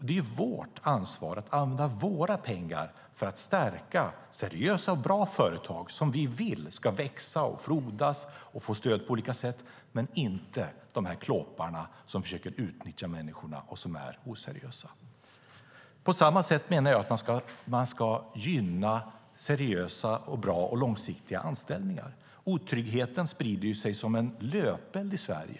Det är vårt ansvar att använda våra pengar för att stärka seriösa och bra företag som vi vill ska växa, frodas och få stöd på olika sätt, men inte klåparna, som försöker utnyttja människor och som är oseriösa. På samma sätt menar jag att man ska gynna seriösa, bra och långsiktiga anställningar. Otryggheten sprider sig som en löpeld i Sverige.